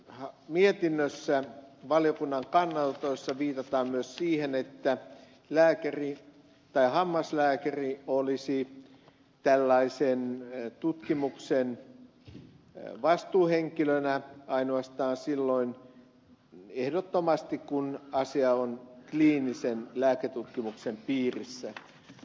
tässä mietinnössä valiokunnan kannanotoissa viitataan myös siihen että lääkäri tai hammaslääkäri olisi tällaisen tutkimuksen vastuuhenkilönä ehdottomasti ainoastaan silloin kun asia on kliinisen lääketutkimuksen piirissä